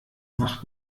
macht